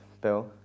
bill